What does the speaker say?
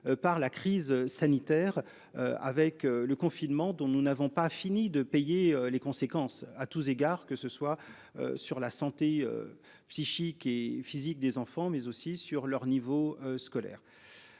par la crise sanitaire, avec le confinement dont nous n'avons pas fini de payer les conséquences, à tous égards, que ce soit sur la santé psychique et physique des enfants mais aussi sur leur niveau scolaire.